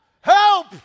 help